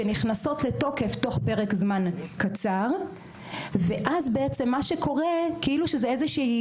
שנכנסות לתוקף תוך פרק זמן קצר ובעצם מה שקורה זה שכאילו זו איזושהי